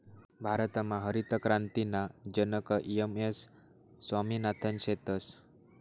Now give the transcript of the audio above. भारतमा हरितक्रांतीना जनक एम.एस स्वामिनाथन शेतस